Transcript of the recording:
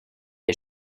est